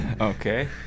Okay